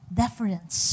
deference